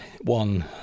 one